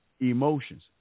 emotions